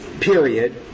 period